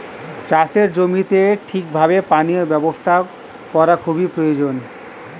চাষের জমিতে ঠিক ভাবে পানীয় ব্যবস্থা করা খুবই প্রয়োজন